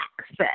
access